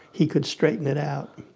he could straighten it out.